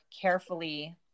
carefully